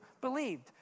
believed